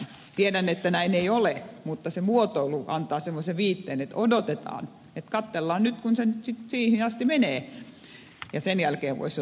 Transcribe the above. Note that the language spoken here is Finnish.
tiedän että näin ei ole mutta se muotoilu antaa semmoisen viitteen että odotetaan että kattellaan nyt kun se nyt sitten siihen asti menee ja sen jälkeen voisi jotain tapahtua